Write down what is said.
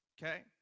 okay